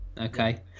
okay